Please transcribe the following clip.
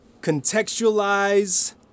contextualize